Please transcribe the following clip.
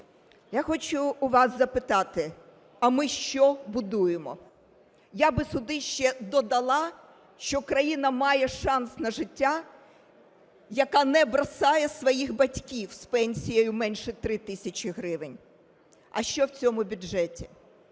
Я хочу у вас запитати, а ми що будуємо? Я би сюди ще додала, що країна має шанс на життя, яка не бросає своїх батьків з пенсією менше 3 тисячі гривень. А що в цьому бюджеті?